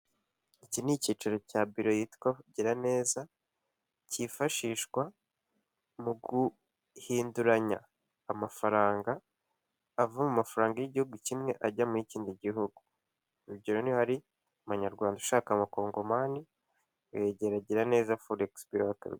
Iki ni icyicaro cya biro yitwa Giraneza kifashishwa mu guhinduranya amafaranga, ava mu mafaranga y'igihugu kimwe ajya mu y'ikindi gihugu, urugero niba hari amunyarwanda ushaka amakongomani wegera Giraneza foregisi biro bakabigukorera.